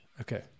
Okay